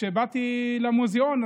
כשבאתי למוזיאון,